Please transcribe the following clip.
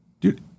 Dude